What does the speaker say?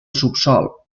subsòl